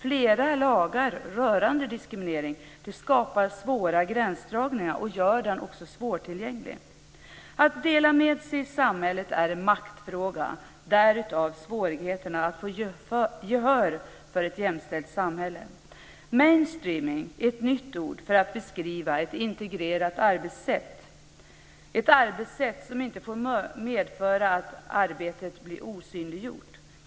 Flera lagar rörande diskriminering skapar svåra gränsdragningar och gör också lagstiftningen svårtillgänglig. Att dela med sig i samhället är en maktfråga - därav svårigheterna att få gehör för ett jämställt samhälle. Mainstreaming är ett nytt ord för att beskriva ett integrerat arbetssätt - ett arbetssätt som inte får medföra att arbetet blir osynliggjort.